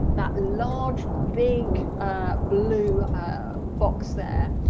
that large big blue box there,